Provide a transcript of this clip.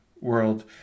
world